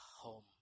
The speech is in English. home